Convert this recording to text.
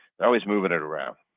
they're always moving it around,